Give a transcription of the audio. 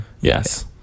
yes